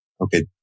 okay